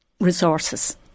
resources